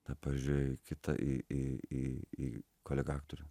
ta pažiūrėjo į kitą į į į kolegą aktorių